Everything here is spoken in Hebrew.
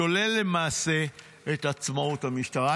שולל למעשה את עצמאות המשטרה.